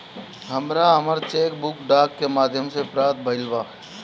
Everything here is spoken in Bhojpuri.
हमरा हमर चेक बुक डाक के माध्यम से प्राप्त भईल बा